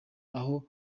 aho